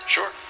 Sure